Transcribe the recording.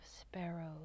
sparrows